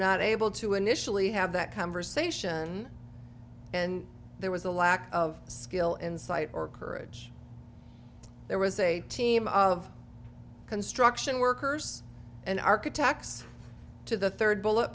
not able to initially have that conversation and there was a lack of skill insight or courage there was a team of construction workers and architects to the third bullet